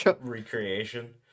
recreation